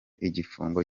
igifungo